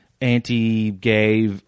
anti-gay